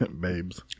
Babes